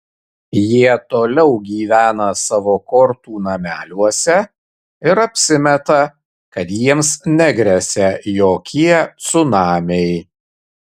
jie toliau gyvena savo kortų nameliuose ir apsimeta kad jiems negresia jokie cunamiai